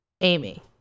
amy